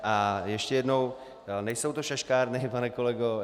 A ještě jednou, nejsou to šaškárny, pane kolego.